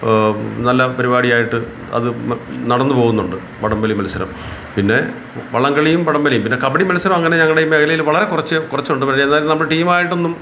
നല്ല പരിപാടിയായിട്ട് അത് ന നടന്നു പോകുന്നുണ്ട് വടംവലി മത്സരം പിന്നെ വള്ളംകളിയും വടംവലിയും പിന്നെ കബഡി മത്സരം അങ്ങനെ ഞങ്ങളുടെ ഈ മേഖലയില് വളരെ കുറച്ച് കുറച്ചുണ്ട് എന്നാലും നമ്മളുടെ ടീമായിട്ടൊന്നും